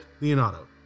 Leonardo